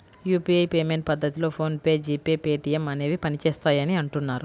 UPI payment పద్ధతిలో PhonePe, G pay, Paytm అనేవి పనిచేస్తాయని అంటున్నారు